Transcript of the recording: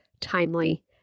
timely